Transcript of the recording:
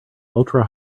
ultra